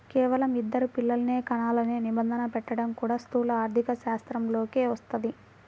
కేవలం ఇద్దరు పిల్లలనే కనాలనే నిబంధన పెట్టడం కూడా స్థూల ఆర్థికశాస్త్రంలోకే వస్తది